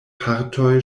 partoj